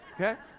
okay